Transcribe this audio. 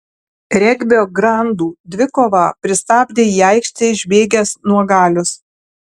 regbio grandų dvikovą pristabdė į aikštę išbėgęs nuogalius